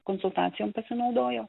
konsultacijom pasinaudojo